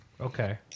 Okay